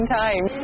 time